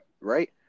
right